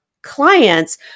clients